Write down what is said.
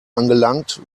angelangt